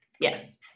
Yes